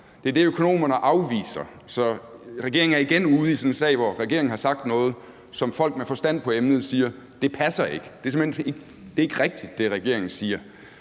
Det er det, økonomerne afviser. Så regeringen er igen ude i sådan en sag, hvor regeringen har sagt noget, hvorom folk med forstand på emnet siger, at det ikke passer; at det, regeringen siger,